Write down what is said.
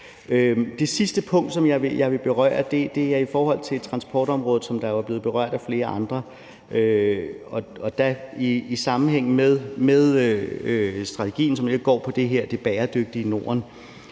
Det sidste punkt, som jeg vil berøre, er transportområdet, som jo er blevet berørt af flere andre. I sammenhæng med strategien, som lidt går på det her med det bæredygtige Norden,